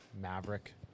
Maverick